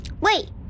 wait